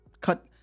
cut